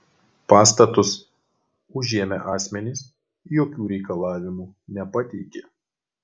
pastatus užėmę asmenys jokių reikalavimų nepateikė